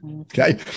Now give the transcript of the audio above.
Okay